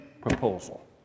proposal